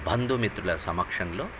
బంధుమిత్రుల సమక్షంలో